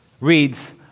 reads